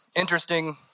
interesting